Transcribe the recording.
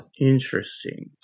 interesting